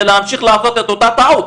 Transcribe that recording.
כדי להמשיך לעשות את אותה טעות,